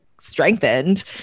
strengthened